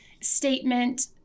statement